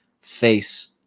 face